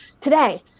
today